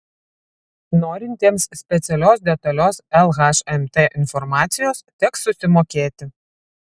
norintiems specialios detalios lhmt informacijos teks susimokėti